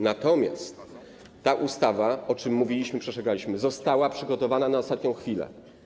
Natomiast ta ustawa, o czym mówiliśmy i przed czym przestrzegaliśmy, została przygotowana na ostatnią chwilę.